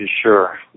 sure